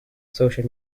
social